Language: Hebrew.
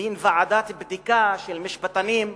מין ועדת בדיקה של משפטנים,